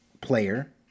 player